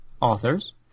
authors